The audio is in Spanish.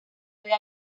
había